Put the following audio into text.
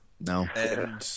No